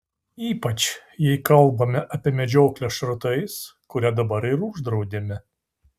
ypač jei kalbame apie medžioklę šratais kurią dabar ir uždraudėme